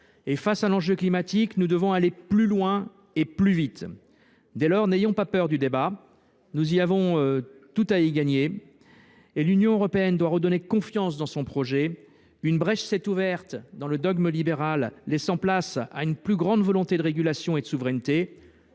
Face à l’enjeu climatique, nous devons aller plus loin et plus vite. Dès lors, n’ayons pas peur du débat. Nous avons tout à y gagner. L’Union européenne doit redonner confiance dans son projet. Une brèche s’est ouverte dans le dogme libéral laissant place à une plus grande volonté de régulation et de souveraineté.